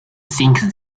think